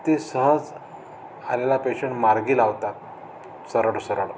ते सहज आलेला पेशंट मार्गी लावतात सरळ सरळ